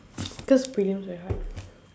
cause prelims very hard